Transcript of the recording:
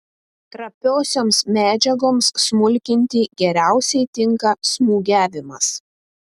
trapiosioms medžiagoms smulkinti geriausiai tinka smūgiavimas